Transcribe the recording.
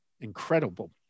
incredible